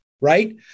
right